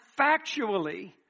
factually